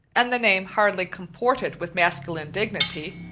and the name hardly comported with masculine dignity,